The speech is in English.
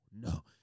no